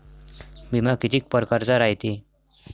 बिमा कितीक परकारचा रायते?